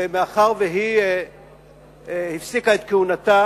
ומאחר שהיא הפסיקה את כהונתה,